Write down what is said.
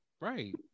right